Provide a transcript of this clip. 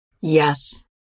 Yes